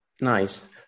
Nice